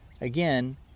Again